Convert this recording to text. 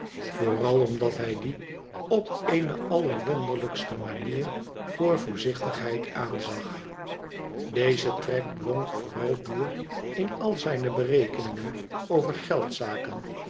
vooral omdat hij die op eene allerwonderhjkste manier voor voorzichtigheid aanzag deze trek blonk vooral door in al zijne berekeningen over